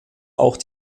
auch